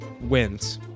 wins